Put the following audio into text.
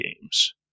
games